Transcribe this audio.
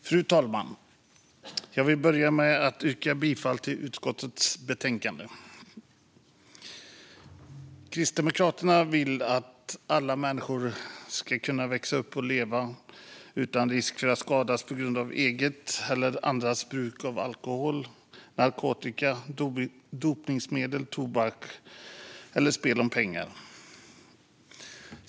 Fru talman! Jag vill börja med att yrka bifall till utskottets förslag. Kristdemokraterna vill att alla människor ska kunna växa upp och leva utan risk att skadas på grund av eget eller andras bruk av alkohol, narkotika, dopningsmedel, tobak eller spel om pengar.